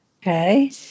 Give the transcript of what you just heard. Okay